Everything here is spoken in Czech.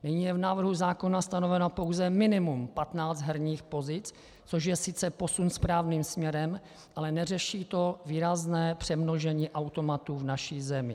Nyní je v návrhu zákona stanoveno pouze minimum 15 herních pozic, což je sice posun správným směrem, ale neřeší to výrazné přemnožení automatů v naší zemi.